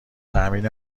تأمین